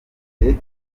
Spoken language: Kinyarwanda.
ifite